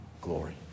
glory